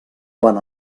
quan